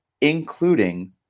including